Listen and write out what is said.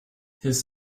his